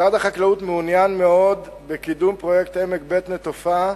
משרד החקלאות מעוניין מאוד בקידום פרויקט עמק בית-נטופה,